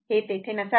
हे तेथे नसावे